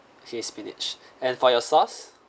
okay spinach and for your sauce